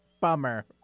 bummer